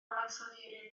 ansoddeiriau